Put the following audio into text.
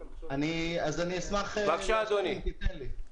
אז אני אשמח להסביר אם תיתן לי.